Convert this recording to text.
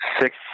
six